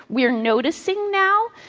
we're noticing now,